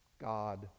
God